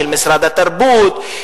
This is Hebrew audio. של משרד התרבות,